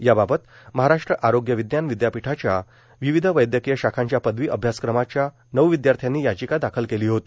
याबाबत महाराष्ट्र आरोग्य विज्ञान विद्यापीठाच्या विविध वैद्यकीय शाखांच्या पदवी अभ्यासक्रमाच्या नऊ विद्यार्थ्यांनी याचिका दाखल केली होती